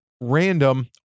random